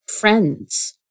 friends